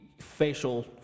facial